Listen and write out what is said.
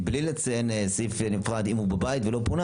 מבלי לציין סעיף נפרד אם הוא בבית ולא פונה